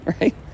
right